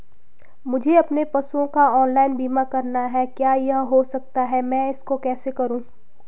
मुझे अपने पशुओं का ऑनलाइन बीमा करना है क्या यह हो सकता है मैं इसको कैसे करूँ?